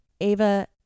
Ava